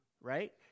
right